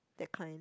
that kind